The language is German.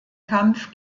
kampf